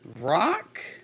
Rock